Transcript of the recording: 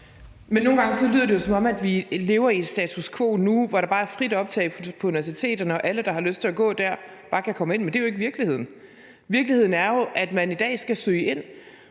Nogle gange lyder det, som om vi lever i et status quo nu, hvor der bare er frit optag på universiteterne, og at alle, der har lyst til at gå der, bare kan komme ind, men det er jo ikke virkeligheden. Virkeligheden er jo, at man i dag skal søge ind,